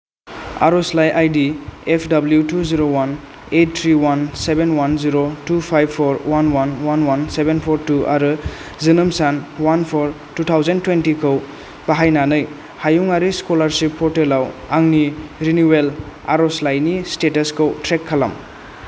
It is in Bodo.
आरजलाइ I D F W two zero one eight three one seven one zero two five four one one one one seven four two आरो जोनोम सान अवान पर थु थावजेन्द थुयेनथिखौ बाहायनानै हायुङारि स्कलारसिप पर्टेलाव आंनि रिनिउयेल आरजलाइनि स्टेटासखौ ट्रेक खालाम